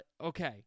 Okay